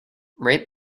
rate